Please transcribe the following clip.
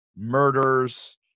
murders